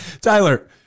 Tyler